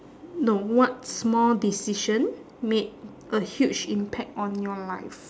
no what small decision made a huge impact on your life